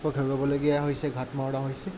কক হেৰুৱাব লগীয়া হৈছে ঘাট মাউৰা হৈছে